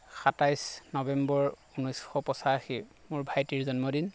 সাতাইছ নৱেম্বৰ উনৈছশ পঁচাশী মোৰ ভাইটিৰ জন্মদিন